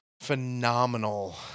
phenomenal